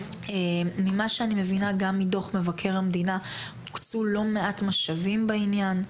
ממה שאני מבינה גם מדו"ח מבקר המדינה הוקצו לא מעט משאבים בעניין.